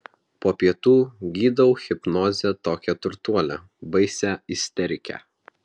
po pietų gydau hipnoze tokią turtuolę baisią isterikę